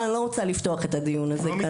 ואני לא רוצה לפתוח את הדיון הזה כרגע.